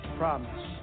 promise